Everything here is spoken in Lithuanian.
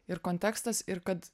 ir kontekstas ir kad